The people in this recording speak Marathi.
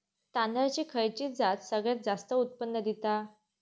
तांदळाची खयची जात सगळयात जास्त उत्पन्न दिता?